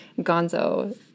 Gonzo